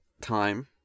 time